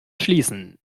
schließen